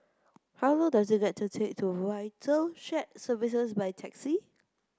how long does it take to get to VITAL Shared Services by taxi